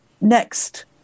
next